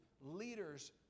leaders